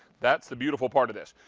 that's the beautiful part of this.